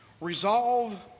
Resolve